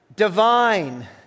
divine